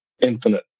infinite